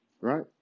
right